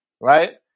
right